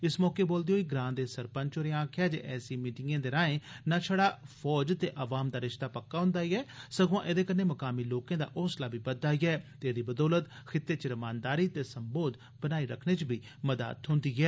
इस मौके बोलदे होई ग्रां दे सरपंच होरें आखेआ जे ऐसी मीटिंगें दे राएं नां छड़ा फौज ते अवाम दा रिश्ता पक्का हंदा ऐ सग्आं एहदे कन्नै म्कामी लोकें दा हौसला बी बधदा ऐ ते एहदी बदौलत खित्ते च रमानदारी ते सम्बोध बनाई रक्खने च मदाद थ्होंदी ऐ